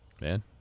Man